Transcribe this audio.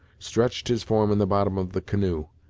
stretched his form in the bottom of the canoe,